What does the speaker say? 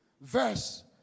verse